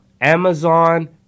Amazon